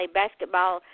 basketball